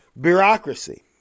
Bureaucracy